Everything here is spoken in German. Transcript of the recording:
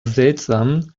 seltsam